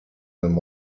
and